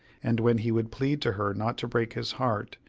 and when he would plead to her not to break his heart,